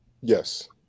Yes